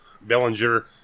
Bellinger